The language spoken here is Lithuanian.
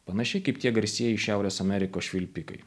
panašiai kaip tie garsieji šiaurės amerikos švilpikai